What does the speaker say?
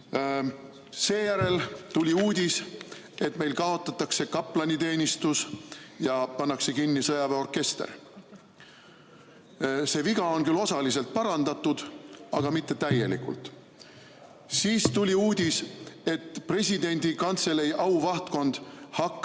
Seejärel tuli uudis, et kaotatakse kaplaniteenistus ja pannakse kinni sõjaväeorkester. See viga on küll osaliselt parandatud, aga mitte täielikult. Siis tuli uudis, et presidendi kantselei auvahtkond hakkab